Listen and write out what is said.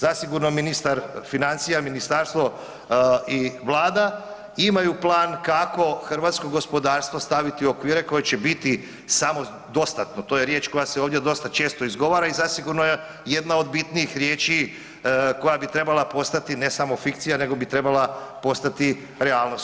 Zasigurno ministar financija, ministarstvo i vlada imaju plan kako hrvatsko gospodarstvo staviti u okvire koji će biti samodostatno, to je riječ koja se ovdje dosta često izgovara i zasigurno je jedna od bitnijih riječi koja bi trebala postati ne samo fikcija nego bi trebala postati realnost.